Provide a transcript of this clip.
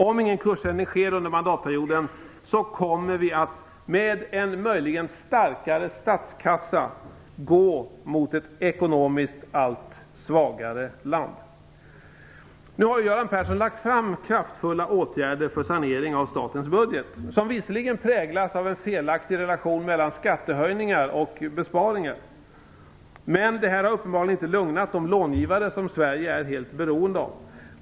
Om ingen kursändring sker under mandatperioden kommer vi, möjligen med en starkare statskassa, att gå mot ett ekonomiskt allt svagare land. Göran Persson har nu lagt fram kraftfulla åtgärder för sanering av statens budget, åtgärder som visserligen präglas av en felaktig relation mellan skattehöjningar och besparingar. Detta har uppenbarligen inte lugnat de långivare som Sverige är helt beroende av.